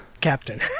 Captain